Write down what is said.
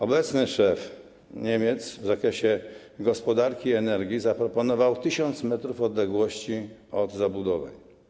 Obecny szef Niemiec w zakresie gospodarki energii zaproponował 1000 m odległości od zabudowań.